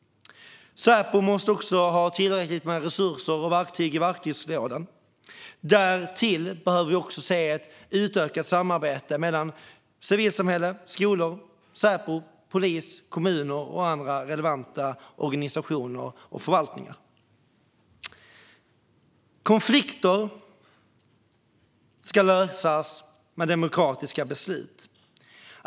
Säpo måste också ha tillräckliga resurser och verktyg. Därtill behöver vi ett utökat samarbete mellan civilsamhället, skolor, Säpo, polis och kommuner och andra relevanta organisationer och förvaltningar. Konflikter ska lösas med demokratiska beslut.